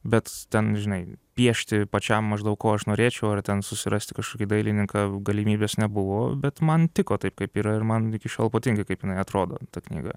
bet ten žinai piešti pačiam maždaug ko aš norėčiau ar ten susirasti kažkokį dailininką galimybės nebuvo bet man tiko taip kaip yra ir man iki šiol patinka kaip jinai atrodo ta knyga